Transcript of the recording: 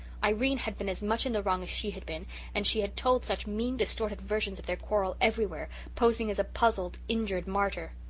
irene had been as much in the wrong as she had been and she had told such mean, distorted versions of their quarrel everywhere, posing as a puzzled, injured martyr.